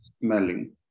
smelling